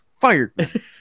fired